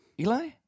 Eli